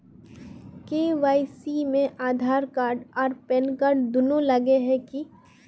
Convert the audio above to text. KYC में Aadhaar card आर pan card दुनू लगे है की?